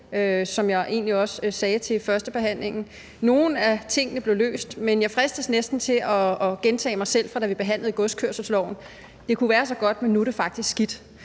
egentlig også sagde ved førstebehandlingen. Nogle af tingene er blevet løst, men jeg fristes næsten til at gentage mig selv, fra da vi behandlede godskørselsloven: Det kunne være så godt, men nu er det faktisk skidt.